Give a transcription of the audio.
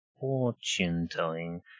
Fortune-telling